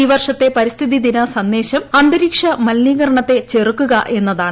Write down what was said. ഈ വർഷത്തെ പരിസ്ഥിതി ദിന സന്ദേശം അന്തരീക്ഷ മലിനീകരണത്തെ ചെറുക്കുക എന്നതാണ്